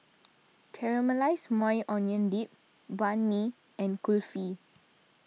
Caramelized Maui Onion Dip Banh Mi and Kulfi